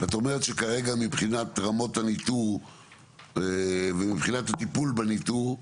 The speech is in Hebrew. ואת אומרת שכרגע מבחינת רמות הניטור ומבחינת הטיפול בניטור,